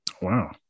wow